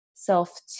Self